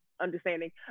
understanding